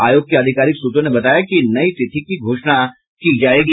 आयोग के आधिकारिक सूत्रों ने बताया कि नई तिथि की घोषणा शुरू की जायेगी